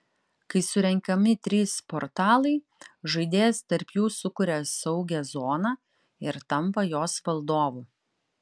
kai surenkami trys portalai žaidėjas tarp jų sukuria saugią zoną ir tampa jos valdovu